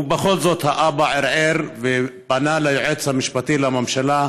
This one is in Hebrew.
ובכל זאת, האבא ערער ופנה ליועץ המשפטי לממשלה,